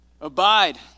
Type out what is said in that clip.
Abide